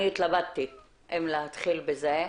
אני התלבטתי אם להתחיל בזה.